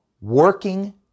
working